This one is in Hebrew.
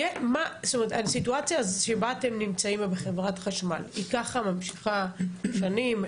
זאת אומרת הסיטואציה שבה אתם נמצאים חברת חשמל היא ככה ממשיכה שנים,